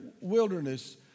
wilderness